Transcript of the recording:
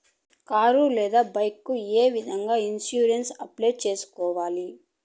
car లేదా bike ఏ విధంగా ఇన్సూరెన్సు అప్లై సేసుకోవాలి